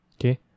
okay